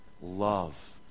Love